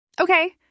Okay